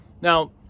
now